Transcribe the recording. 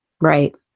Right